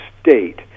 state